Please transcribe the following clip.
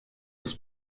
das